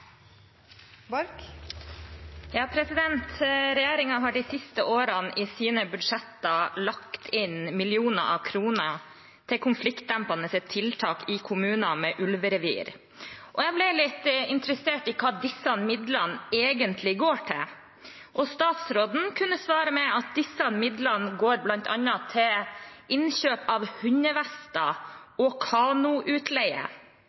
har de siste årene i sine budsjetter lagt inn millioner av kroner til konfliktdempende tiltak i kommuner med ulverevir, og jeg ble litt interessert i hva disse midlene egentlig går til. Statsråden kunne svare med at disse midlene bl.a. går til innkjøp av